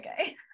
Okay